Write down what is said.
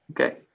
Okay